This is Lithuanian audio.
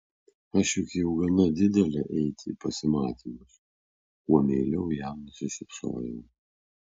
aš juk jau gana didelė eiti į pasimatymus kuo meiliau jam nusišypsojau